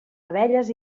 abelles